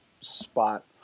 spot